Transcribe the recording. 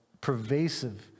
pervasive